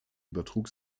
übertrug